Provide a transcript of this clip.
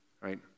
right